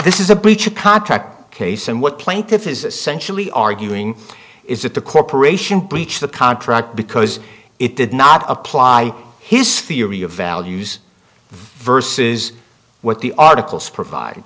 this is a breach of contract case and what plaintiff is essentially arguing is that the corporation breached the contract because it did not apply his theory of values versus what the articles provide